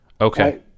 okay